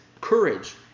courage